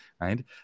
right